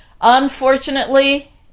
Unfortunately